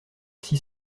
six